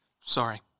Sorry